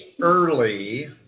early